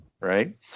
right